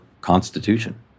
constitution